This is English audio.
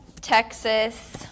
Texas